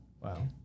wow